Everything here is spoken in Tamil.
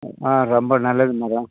ஆ ரொம்ப நல்லது மேடம்